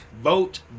Vote